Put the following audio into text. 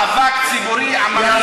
ואנחנו בעד מאבק ציבורי עממי,